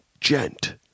gent